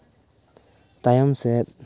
ᱛᱟᱭᱚᱢ ᱥᱮᱫ